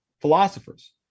philosophers